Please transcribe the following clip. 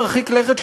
מרחיק לכת,